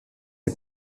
les